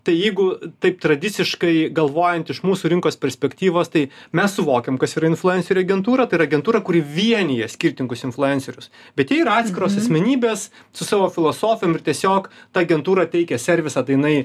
tai jeigu taip tradiciškai galvojant iš mūsų rinkos perspektyvos tai mes suvokiam kas yra influencerių agentūra tai yra agentūra kuri vienija skirtingus influencerius bet jie yra atskiros asmenybės su savo filosofijom ir tiesiog ta agentūra teikia servisą tai jinai